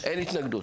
אין התנגדות.